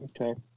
Okay